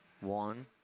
one